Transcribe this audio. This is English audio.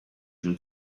from